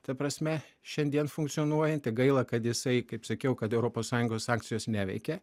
ta prasme šiandien funkcionuojantį gaila kad jisai kaip sakiau kad europos sąjungos sankcijos neveikia